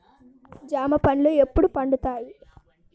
జామ పండ్లు ఎప్పుడు పండుతాయి?